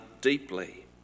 deeply